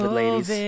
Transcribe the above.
ladies